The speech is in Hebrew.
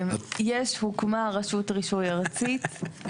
יש הוקמה רשות רישוי ארצית,